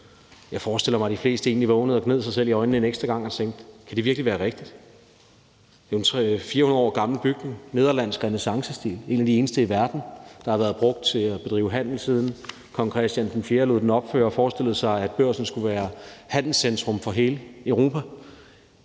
Jeg forestiller mig, at de fleste egentlig vågnede og gned sig selv i øjnene en ekstra gang og tænkte: Kan det virkelig være rigtigt? Det er jo en 300-400 år gammel bygning, nederlandsk renæssance-stil, en af de eneste i verden, der har været brugt til at drive handel, siden Kong Christian IV lod den opføre og forestillede sig, at Børsen skulle være handlescentrum for hele Europa.